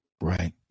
Right